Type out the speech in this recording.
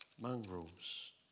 mongrels